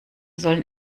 sollen